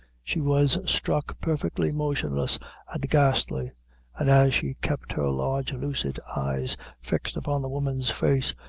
she was struck perfectly motionless and ghastly and as she kept her large lucid eyes fixed upon the woman's face,